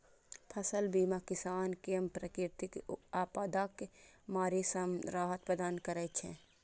फसल बीमा किसान कें प्राकृतिक आपादाक मारि सं राहत प्रदान करै छै